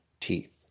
teeth